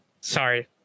Sorry